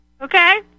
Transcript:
Okay